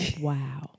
wow